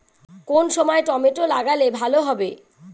কোন সময় টমেটো লাগালে ভালো হবে?